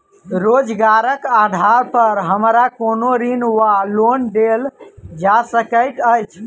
रोजगारक आधार पर हमरा कोनो ऋण वा लोन देल जा सकैत अछि?